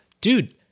dude